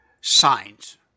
signs